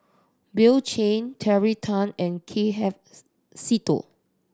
Bill Chen Terry Tan and K F Seetoh